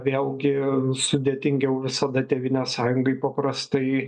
vėlgi sudėtingiau visada tėvynes sąjungai paprastai